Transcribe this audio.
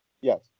Yes